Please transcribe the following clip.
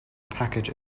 package